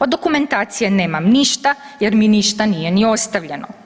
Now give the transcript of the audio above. Od dokumentacije nemam ništa jer mi ništa nije ni ostavljeno.